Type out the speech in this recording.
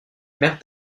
mère